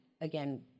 again